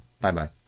Bye-bye